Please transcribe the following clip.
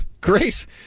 Grace